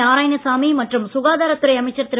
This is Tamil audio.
நாராயணசாமி மற்றும் சுகாதாரத் துறை அமைச்சர் திரு